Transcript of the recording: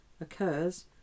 occurs